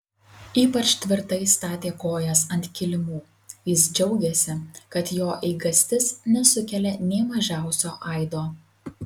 ypač tvirtai statė kojas ant kilimų jis džiaugėsi kad jo eigastis nesukelia nė mažiausio aido